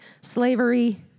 slavery